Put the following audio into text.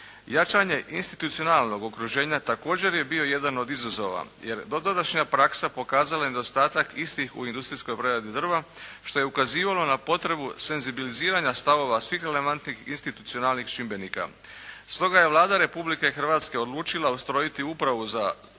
Jačanje institucionalnog okruženja također je bio jedan od izazova, jer do tadašnja praksa pokazala je nedostatak istih u industrijskoj preradi drva, što je ukazivalo na potrebu senzibiliziranja stavova svih relevantnih institucionalnih čimbenika. Stoga je Vlada Republike Hrvatske odlučila ustrojiti upravu za drvnu